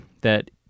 that-